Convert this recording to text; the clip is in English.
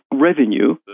revenue